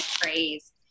praise